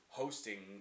hosting